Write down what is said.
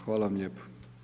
Hvala vam lijepo.